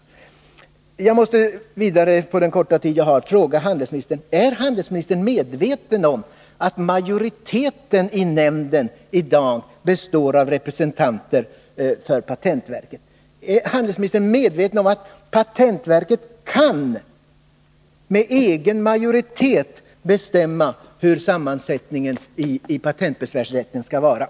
Innan den korta tid jag har för mitt anförande är slut måste jag vidare fråga handelsministern: Är handelsministern medveten om att majoriteten i nämnden i dag består av representanter för patentverket? Är handelsministern medveten om att patentverket med egen majoritet kan bestämma hur sammansättningen i patentbesvärsrätten skall vara?